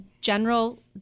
general